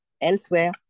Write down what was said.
elsewhere